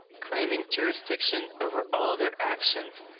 claiming jurisdiction over all their actions,